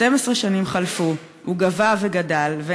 12 שנים חלפו, הוא גבה וגדל,